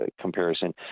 comparison